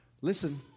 Listen